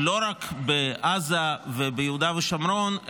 לא רק בעזה וביהודה ושומרון,